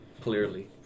Clearly